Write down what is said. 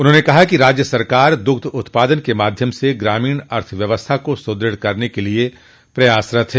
उन्होंने कहा कि राज्य सरकार दुग्ध उत्पादन के माध्यम से ग्रामीण अर्थव्यवस्था को सुदृढ़ करने के लिये प्रयासरत है